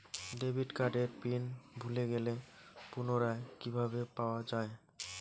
Debit কার্ডের PIN ভুলে গেলে পুনরায় কিভাবে পাওয়া য়ায়?